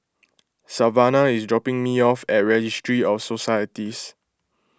Savannah is dropping me off at Registry of Societies